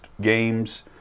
games